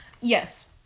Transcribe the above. yes